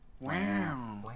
wow